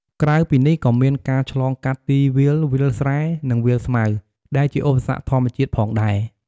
ក្រៅពីនេះក៏មានការឆ្លងកាត់ទីវាល វាលស្រែ និងវាលស្មៅ ដែលជាឧសគ្គធម្មជាតិផងដែរ។